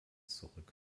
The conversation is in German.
zurück